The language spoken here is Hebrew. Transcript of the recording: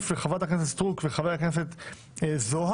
לחברת הכנסת סטרוק וחבר הכנסת זוהר,